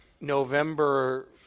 November